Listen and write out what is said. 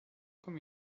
comme